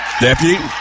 Deputy